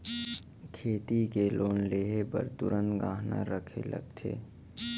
खेती के लोन लेहे बर का तुरंत गहना रखे लगथे?